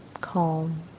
calm